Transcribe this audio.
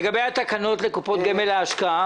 לגבי התקנות לקופות גמל להשקעה,